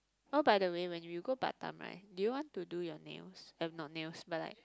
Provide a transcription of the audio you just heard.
oh by the way when you you go Batam right do you want to do your nails have not nails but like